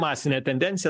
masinė tendencija